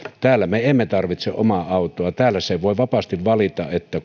täällä me emme tarvitse omaa autoa täällä sen voi vapaasti valita